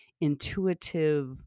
intuitive